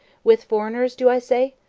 with foreigners do i say?